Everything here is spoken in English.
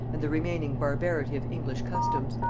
and the remaining barbarity of english customs.